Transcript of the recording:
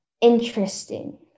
interesting